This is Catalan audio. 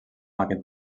aquest